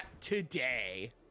today